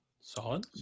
Solid